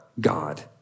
God